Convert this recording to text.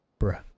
bruh